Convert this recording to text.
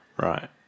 Right